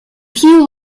few